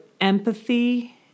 empathy